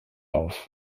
auf